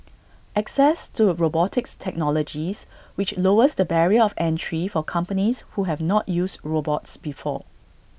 access to robotics technologies which lowers the barrier of entry for companies who have not used robots before